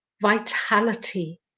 vitality